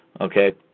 Okay